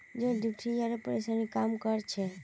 जौ डिप्थिरियार परेशानीक कम कर छेक